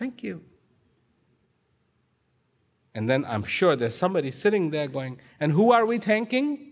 thank you and then i'm sure there's somebody sitting there going and who are we thinking